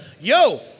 yo